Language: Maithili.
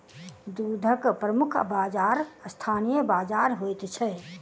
दूधक प्रमुख बाजार स्थानीय बाजार होइत छै